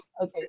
okay